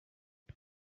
you